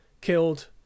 killed